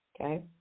okay